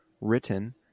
Written